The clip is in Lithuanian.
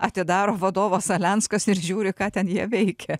atidaro vadovas alenskas ir žiūri ką ten jie veikia